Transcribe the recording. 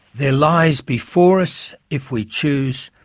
there lies before us, if we choose,